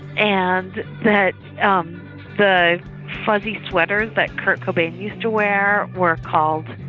and that the fuzzy sweaters that kurt cobain used to wear were called.